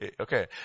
Okay